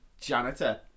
janitor